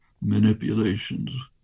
manipulations